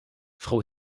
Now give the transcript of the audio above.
frau